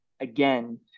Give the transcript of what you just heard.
again